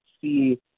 see